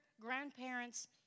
grandparents